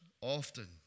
often